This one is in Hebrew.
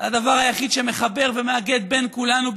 הדבר היחיד שמחבר ומאגד בין כולנו,